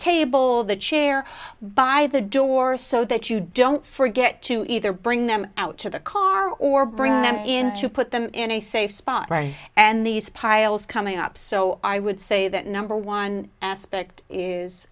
table the chair by the door so that you don't forget to either bring them out to the car or bring them in to put them in a safe spot right and these piles coming up so i would say that number one aspect is